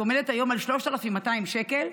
שעומדת היום על 3,200 שקל,